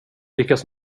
lyckas